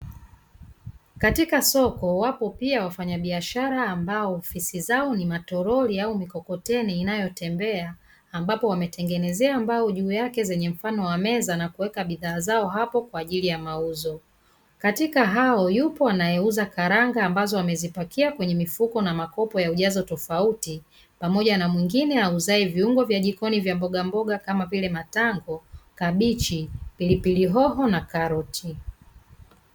Katika soko wapo pia wafanyabiashara ambao ofisi zao ni matoroli au mikokoteni inayotembea, ambapo wametengenezea mbao juu yake zenye mfano wa meza na kuweka bidhaa zao hapo kwa ajili ya mauzo. Katika hao yupo anayeuza karanga ambazo amezipakia kwenye mifuko na makopo ya ujazo tofauti, pamoja na mwingine auzaye viungo vya jikoni vya mbogamboga, kama vile: matango, kabichi, pilipili hoho na karoti.